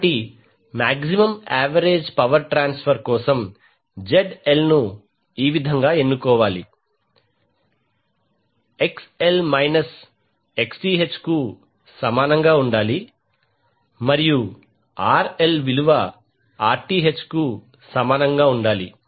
కాబట్టి maximum average power transfer కోసం ZL ను ఈ విధంగా ఎన్నుకోవాలి XL మైనస్ Xth కు సమానంగా ఉండాలి మరియు RL విలువ Rth కు సమానంగా ఉండాలి